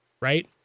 right